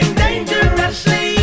dangerously